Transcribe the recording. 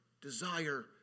desire